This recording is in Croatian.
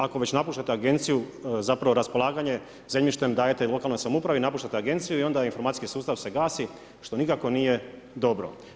Ako već napuštate agenciju, zapravo raspolaganje zemljištem, dajete lokalnoj samoupravi, napuštate agenciju i onda informacijski sustav se gasi, što nikako nije dobro.